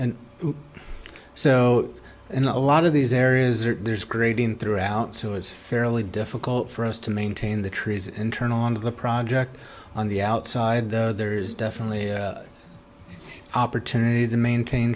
and so in a lot of these areas there's creating throughout so it's fairly difficult for us to maintain the trees internal on the project on the outside there is definitely opportunity to maintain